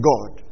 God